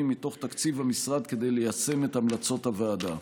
מתוך תקציב המשרד כדי ליישם את המלצות הוועדה.